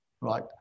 right